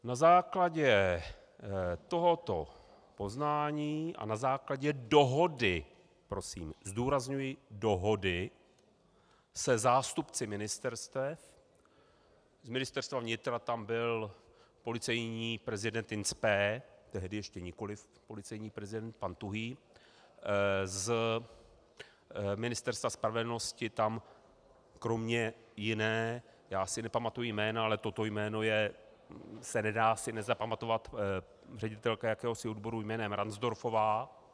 Na základě tohoto poznání a na základě dohody prosím zdůrazňuji dohody se zástupci ministerstev, z Ministerstva vnitra tam byl policejní prezident in spe, tehdy ještě nikoli policejní prezident, pan Tuhý, z Ministerstva spravedlnosti tam kromě jiných, já si nepamatuji jména, ale toto jméno se nedá si nezapamatovat, ředitelka jakéhosi odboru jménem Ransdorfová...